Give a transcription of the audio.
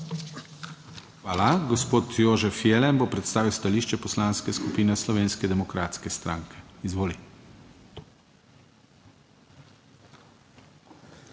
Hvala. Gospod Rado Gladek bo predstavil stališče Poslanske skupine Slovenske demokratske stranke. Izvolite.